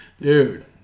Dude